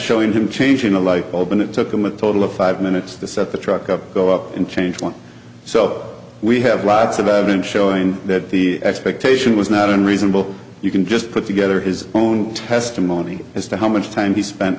showing him changing a light bulb and it took them a total of five minutes to set the truck up go up and change one so we have lots of evidence showing that the expectation was not unreasonable you can just put together his own testimony as to how much time he spent